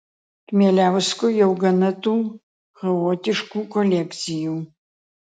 kmieliauskui jau gana tų chaotiškų kolekcijų